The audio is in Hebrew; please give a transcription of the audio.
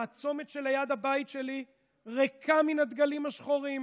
הצומת שליד הבית שלי ריק מן הדגלים השחורים.